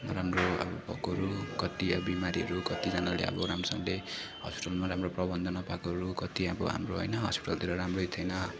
नराम्रो भएकोहरू कति अब बिमारीहरू कतिजानाले अब राम्रोसँगले हस्पिटलमा राम्रो प्रवन्ध नपाएकोहरू कति अब हाम्रो होइन हस्पिटलतिर राम्रै थिएन